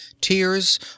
tears